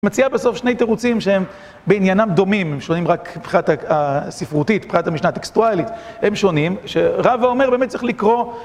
מציע בסוף שני תירוצים שהם בעניינם דומים, הם שונים רק פחת הספרותית, פחת המשנה הטקסטואלית, הם שונים, שרבה אומר באמת צריך לקרוא